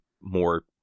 more